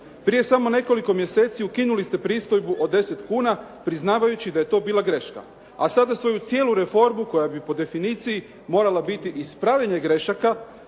Prije samo nekoliko mjeseci ukinuli ste pristojbu od 10 kuna priznavajući da je to bila greška. A sada svoju cijelu reformu koja bi po definiciji morala biti ispravljanje grešaka,